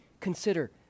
consider